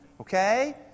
okay